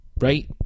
right